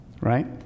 Right